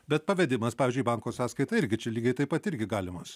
bet pavedimas pavyzdžiui į banko sąskaitą irgi čia lygiai taip pat irgi galimas